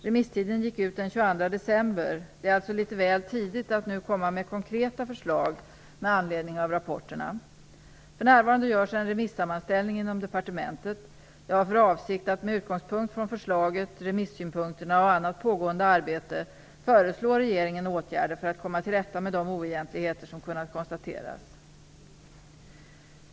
Remisstiden gick ut den 22 december. Det är alltså litet väl tidigt att nu komma med konkreta förslag med anledning av rapporterna. För närvarande görs en remissammanställning inom departementet. Jag har för avsikt att med utgångspunkt från förslaget, remissynpunkterna och annat pågående arbete föreslå regeringen åtgärder för att komma till rätta med de oegentligheter som kunnat konstateras.